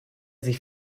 sich